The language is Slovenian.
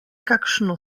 kakšno